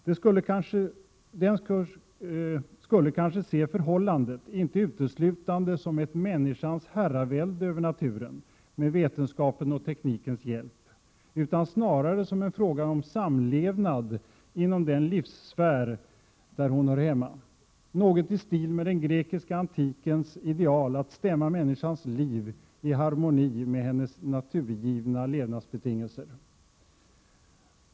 Den skulle kanske se förhållandet inte uteslutande som ett människans herravälde över naturen med vetenskapens och teknikens hjälp, utan snarare som en fråga om samlevnad inom den livssfär, där hon hör hemma. Något i stil med den grekiska antikens ideal att stämma människans liv i harmoni med hennes naturgivna levnadsbetingelser.